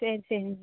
சரி சரிங்க